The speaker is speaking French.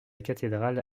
cathédrale